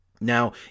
Now